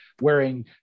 wearing